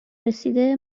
رسیده